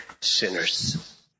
sinners